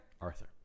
Arthur